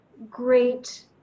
great